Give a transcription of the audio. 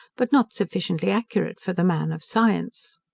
but not sufficiently accurate for the man of science.